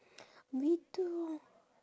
me too